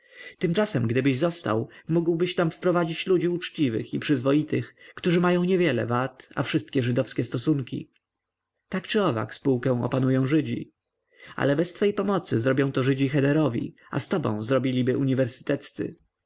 tymczasem gdybyś został mógłbyś tam wprowadzić ludzi uczciwych i przyzwoitych którzy mają niewiele wad a wszystkie żydowskie stosunki tak czy owak spółkę opanują żydzi ale bez twej pomocy zrobią to żydzi chederowi a z tobą zrobiliby uniwersyteccy